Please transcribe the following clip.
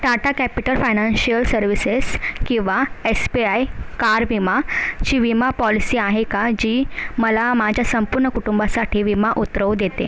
Tata capital financial services किंवा S P I car विमा ची विमा पॉलिसी आहे का जी मला माझ्या संपूर्ण कुटुंबासाठी विमा उतरवू देते